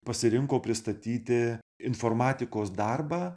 pasirinko pristatyti informatikos darbą